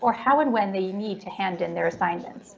or how and when they need to hand in their assignments.